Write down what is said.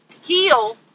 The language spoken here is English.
heal